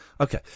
Okay